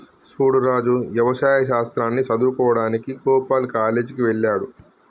సూడు రాజు యవసాయ శాస్త్రాన్ని సదువువుకోడానికి గోపాల్ కాలేజ్ కి వెళ్త్లాడు